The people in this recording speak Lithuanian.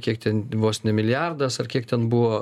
kiek ten vos ne milijardas ar kiek ten buvo